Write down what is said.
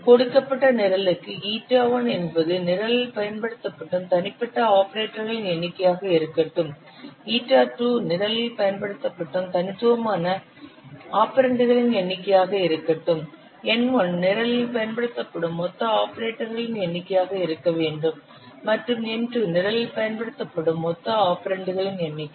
கொடுக்கப்பட்ட நிரலுக்கு η1 என்பது நிரலில் பயன்படுத்தப்படும் தனிப்பட்ட ஆபரேட்டர்களின் எண்ணிக்கையாக இருக்கட்டும் η2 நிரலில் பயன்படுத்தப்படும் தனித்துவமான ஆபரெண்டுகளின் எண்ணிக்கையாக இருக்கட்டும் N1 நிரலில் பயன்படுத்தப்படும் மொத்த ஆபரேட்டர்களின் எண்ணிக்கையாக இருக்கு வேண்டும் மற்றும் N2 நிரலில் பயன்படுத்தப்படும் மொத்த ஆபரெண்டுகளின் எண்ணிக்கை